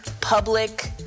public